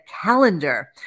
calendar